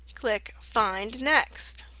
click find next.